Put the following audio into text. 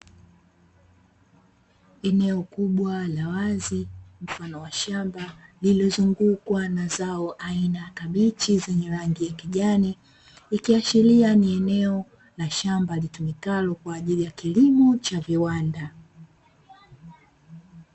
Eneo kubwa la wazi mfano wa shamba lililozungukwa na zao aina ya kabichi zenye rangi ya kijani, ikiashiria ni eneo la shamba litumikalo kwa ajili ya kilimo cha viwanda.